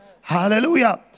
Hallelujah